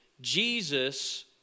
jesus